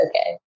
okay